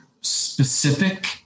specific